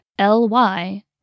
ly